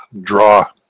draw